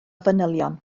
fanylion